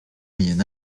moyen